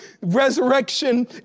Resurrection